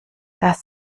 das